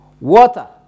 water